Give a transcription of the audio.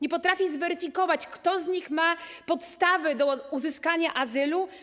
Nie potrafi zweryfikować, kto z nich ma podstawy do uzyskania azylu?